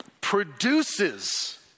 produces